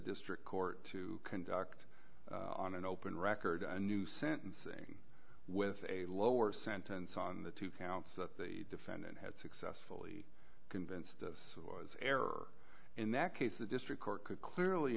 district court to conduct on an open record a new sentencing with a lower sentence on the two counts that the defendant had successfully convinced of was error in that case the district court could clearly